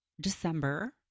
December